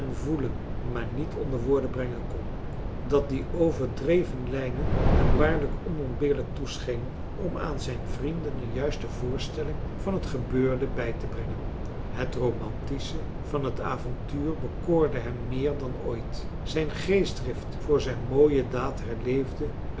voelen maar niet onder woorden brengen kon dat die overdreven lijnen hem waarlijk onontbeerlijk toeschenen om aan zijn vrienden een juiste voorstelling van het gebeurde bijtebrengen het romantische van het avontuur bekoorde hem meer dan ooit zijn geestdrift voor zijn mooie daad herleefde